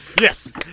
Yes